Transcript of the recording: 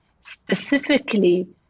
specifically